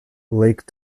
lake